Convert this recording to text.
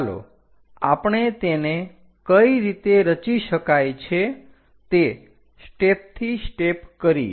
ચાલો આપણે તેને કઈ રીતે રચી શકાય છે તે સ્ટેપ થી સ્ટેપ કરીએ